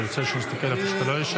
אתה רוצה שאני אסתכל איפה שאתה לא יושב?